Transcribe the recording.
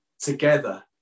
together